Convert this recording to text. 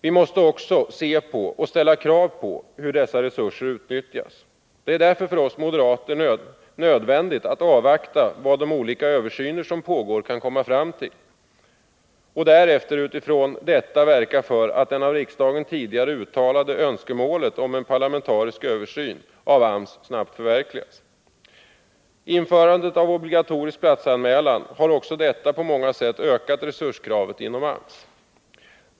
Vi måste också se på, och ställa krav på, hur dessa resurser utnyttjas. Det är därför för oss moderater nödvändigt att avvakta vad de olika översyner som pågår kan komma fram till och därefter utifrån detta verka för att det av riksdagen tidigare uttalade önskemålet om en parlamentarisk översyn av AMS snabbt förverkligas. Införandet av obligatorisk platsanmälan har på många sätt ökat resurskravet inom AMS.